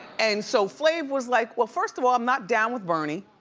and so flav was like well, first of all, i'm not down with bernie.